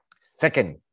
Second